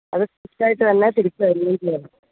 അത് കൃത്യമായിട്ട് തന്നെ തിരിച്ച് തരികയും ചെയ്യണം